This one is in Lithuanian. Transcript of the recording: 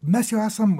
mes jau esam